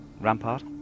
rampart